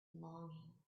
longing